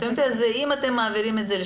אם אתם מעבירים את זה,